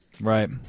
Right